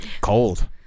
cold